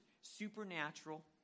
supernatural